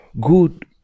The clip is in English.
good